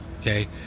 Okay